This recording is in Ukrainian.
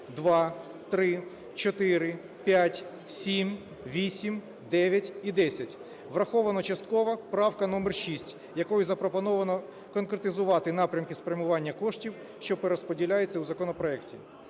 2, 3, 4, 5, 7, 8, 9 і 10. Врахована частково правка номер 6, якою запропоновано конкретизувати напрямки спрямування коштів, що перерозподіляються у законопроекті.